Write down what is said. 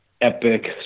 epic